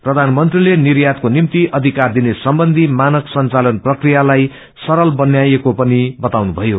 प्रधानमंत्रीले निर्यातको निर्भ अधिकार दिने सम्बन्धी मानक संघालन प्रक्रियालाई सरल बनाइएको बताउनुभयो